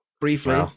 briefly